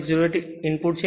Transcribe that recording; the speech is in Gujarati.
608 ઇનપુટ છે